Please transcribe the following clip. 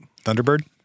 Thunderbird